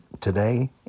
today